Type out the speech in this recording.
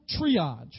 triage